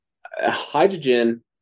hydrogen